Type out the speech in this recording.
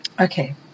okay